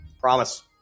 promise